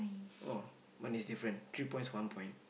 oh mine is different three points one point